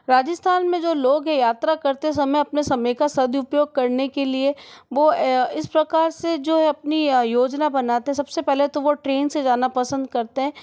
राजस्थान में जो लोग है यात्रा करते समय अपने समय का सदुपयोग करने के लिए वो इस प्रकार से जो अपनी योजना बनाते सबसे पहले तो वो ट्रेन से जाना पसंद करते हैं